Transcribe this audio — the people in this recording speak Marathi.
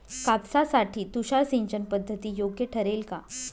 कापसासाठी तुषार सिंचनपद्धती योग्य ठरेल का?